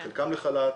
חלקם לחל"ת,